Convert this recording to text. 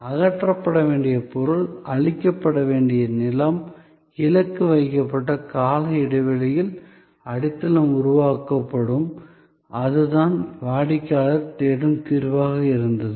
அகற்றப்பட வேண்டிய பொருள் அழிக்கப்பட வேண்டிய நிலம் இலக்கு வைக்கப்பட்ட கால இடைவெளியில் அடித்தளம் உருவாக்கப்படும் அதுதான் வாடிக்கையாளர் தேடும் தீர்வாக இருந்தது